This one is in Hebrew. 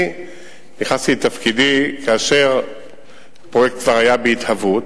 אני נכנסתי לתפקידי כאשר הפרויקט היה כבר בהתהוות.